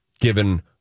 given